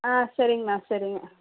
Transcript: ஆ சரிங்கண்ணா சரிங்க